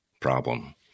problem